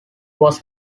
was